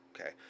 okay